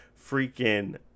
freaking